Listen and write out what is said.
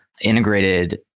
integrated